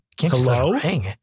Hello